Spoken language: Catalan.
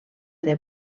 del